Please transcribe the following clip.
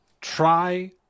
try